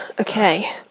Okay